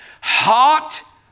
hot